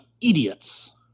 idiots